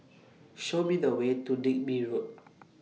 Show Me The Way to Digby Road